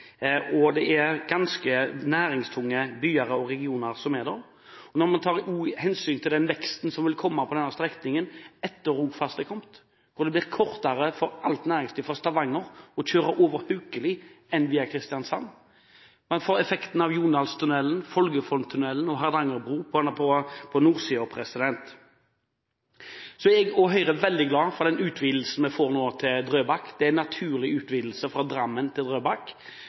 næringstrafikken. Det er ganske næringstunge byer og regioner der, og vi må ta hensyn til den veksten som vil komme på denne strekningen etter Rogfast når det blir kortere for alt næringsliv fra Stavanger å kjøre over Haukeli enn via Kristiansand. Man får effekten av Jondalstunnelen, Folgefonntunnelen og Hardangerbrua – på nordsiden. Så er jeg, og Høyre, veldig glad for den utvidelsen vi nå får til Drøbak. Det er en naturlig utvidelse fra Drammen til